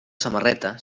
samarreta